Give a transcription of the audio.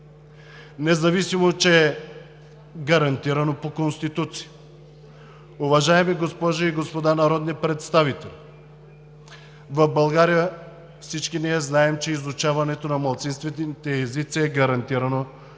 независимо че е гарантирано по Конституция. Уважаеми госпожи и господа народни представители, в България всички ние знаем, че изучаването на малцинствените езици е гарантирано по